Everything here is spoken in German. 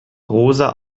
rosa